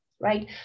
right